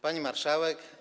Pani Marszałek!